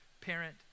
parent